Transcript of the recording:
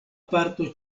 parto